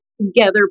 together